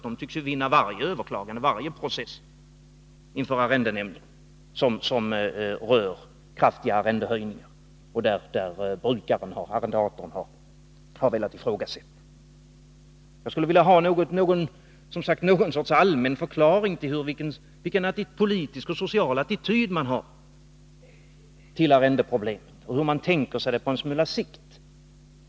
De tycks vinna varje överklagande, varje process inför arrendenämnden, som rör kraftiga arrendehöjningar vilka brukaren har velat ifrågasätta. Jag skulle vilja ha någon allmän förklaring om vilken politisk och social attityd man har till arrendeproblemen och hur man tänker sig det på en smula sikt.